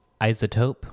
Isotope